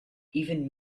even